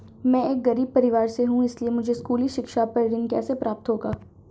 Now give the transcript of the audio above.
मैं एक गरीब परिवार से हूं इसलिए मुझे स्कूली शिक्षा पर ऋण कैसे प्राप्त होगा?